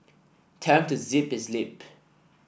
tell him to zip his lip